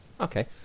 okay